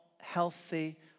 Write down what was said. healthy